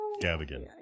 Gavigan